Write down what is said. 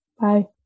Bye